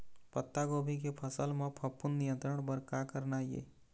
पत्तागोभी के फसल म फफूंद नियंत्रण बर का करना ये?